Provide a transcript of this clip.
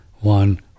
one